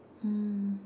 mm